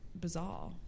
bizarre